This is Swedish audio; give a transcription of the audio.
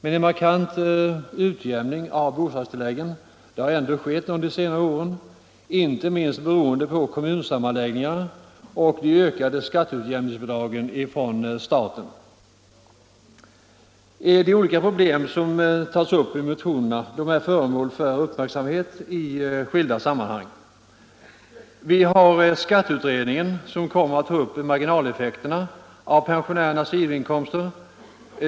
En markant utjämning av bostadstilläggen har dock skett under senare år, inte minst beroende på kommunsammanläggningarna och de ökade skatteutjämningsbidragen från staten. De olika problem som tas upp i motionerna är föremål för uppmärksamhet i skilda sammanhang. Vi har skatteutredningen som kommer att ta upp marginaleffekterna av pensionärernas sidoinkomster.